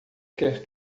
quer